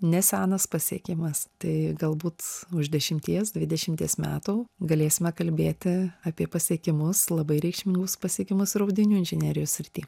nesenas pasiekimas tai galbūt už dešimties dvidešimties metų galėsime kalbėti apie pasiekimus labai reikšmingus pasiekimus ir audinių inžinerijos srityje